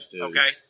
Okay